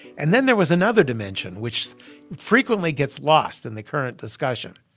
and then there was another dimension which frequently gets lost in the current discussion.